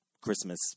Christmas